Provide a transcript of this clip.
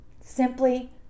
Simply